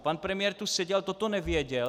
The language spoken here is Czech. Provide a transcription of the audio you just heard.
Pan premiér tu seděl a toto nevěděl?